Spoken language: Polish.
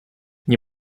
nie